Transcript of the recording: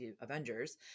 Avengers